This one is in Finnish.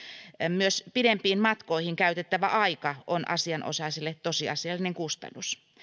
myös pidempiin matkoihin käytettävä aika on asianosaisille tosiasiallinen kustannus